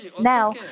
Now